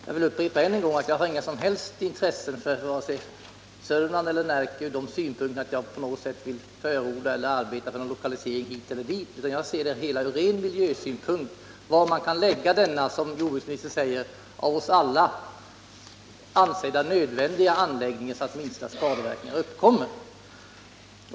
Jag vill upprepa att jag inte har några som helst intressen när det gäller Sörmland eller Närke ur den synpunkten att Om omhändertajag på något sätt skulle vilja förorda och arbeta för en lokalisering hit eller dit, gande av miljöfarutan jag ser det hela ur ren miljösynpunkt. Det gäller var man kan lägga ligt avfall denna, som jordbruksministern säger, av oss alla som nödvändig ansedda anläggningen så att minsta skadeverkningar uppkommer.